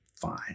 fine